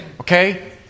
okay